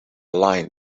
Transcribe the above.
line